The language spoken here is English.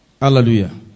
Hallelujah